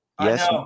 Yes